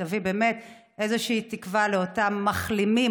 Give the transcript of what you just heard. שתביא תקווה לאותם מחלימים,